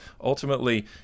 Ultimately